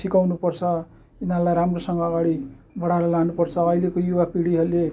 सिकाउनु पर्छ यिनीहरूलाई राम्रोसँग अगाडि बढाएर लानुपर्छ अहिलेको युवा पिँढीहरूले